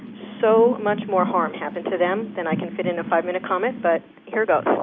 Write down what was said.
so much more harm happened to them than i can fit into a five minute comment, but here goes.